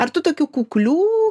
ar tų tokių kuklių